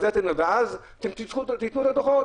ואז, אתם תתנו את הדו"חות.